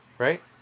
Right